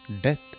Death